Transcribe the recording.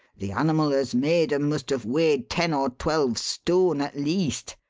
the animal as made em must have weighed ten or twelve stone at least.